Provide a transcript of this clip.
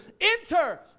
Enter